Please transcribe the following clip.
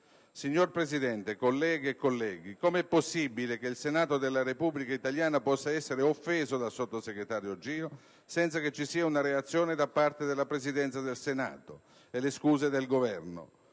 Signora Presidente, colleghe e colleghi, com'è possibile che il Senato della Repubblica italiana possa essere offeso dal sottosegretario Giro senza che ci siano una reazione da parte della Presidenza del Senato e le scuse del Governo?